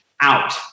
out